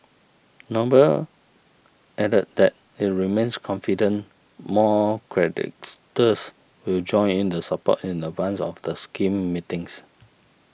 noble added that it remains confident more creditors will join in support in advance of the scheme meetings